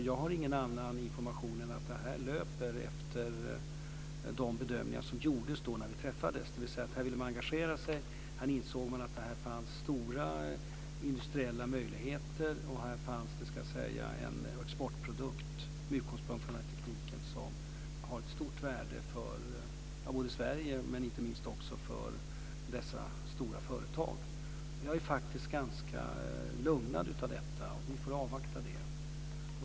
Jag har ingen annan information än att detta löper efter de bedömningar som gjordes när vi träffades, dvs. att man ville engagera sig och att man insåg att det fanns stora industriella möjligheter och en exportprodukt med utgångspunkt i den teknik som har ett stort värde för både Sverige och inte minst dessa stora företag. Jag är faktiskt ganska lugnad av detta. Vi får avvakta det.